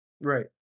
Right